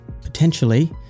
potentially